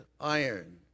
iron